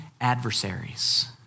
adversaries